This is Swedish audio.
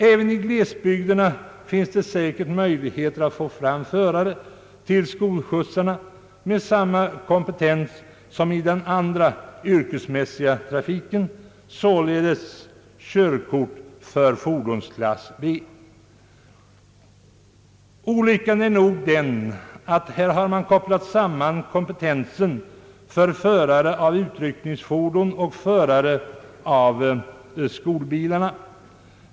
Även i glesbygderna finns det säkerligen möjligheter att få fram förare till skolskjutsarna med samma kompetens som i den yrkesmässiga trafiken i övrigt, således körkort för fordonsklass B. Olyckan är nog den att man på denna punkt har kopplat samman kompetensen för förare av utryckningsfordon och för förare av skolbil.